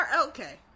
okay